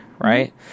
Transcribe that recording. right